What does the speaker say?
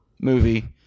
movie